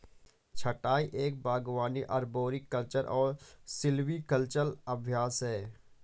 छंटाई एक बागवानी अरबोरिकल्चरल और सिल्वीकल्चरल अभ्यास है